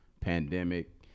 Pandemic